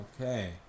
Okay